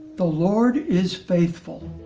the lord is faithful.